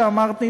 אמרת,